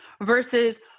versus